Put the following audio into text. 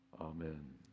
Amen